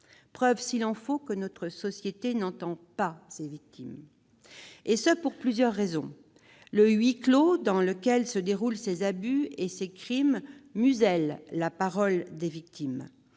preuve, s'il en était besoin, que notre société n'entend pas ces victimes, pour plusieurs raisons. Le huis clos dans lequel se déroulent ces abus et ces crimes muselle la parole des victimes.